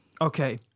Okay